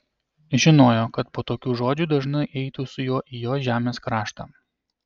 žinojo kad po tokių žodžių dažna eitų su juo į jo žemės kraštą